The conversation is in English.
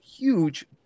huge